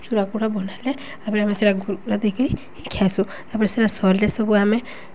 ଚୁରାକୁଡ଼ା ବନଲେ ତାପରେ ଆମେ ସେଟା ଗୁର୍ ଗୁଡ଼ା ଦେଇକିରି ଖିଆସୁ ତାପରେ ସେଟା ସରିଲେ ସବୁ ଆମେ